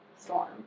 Storm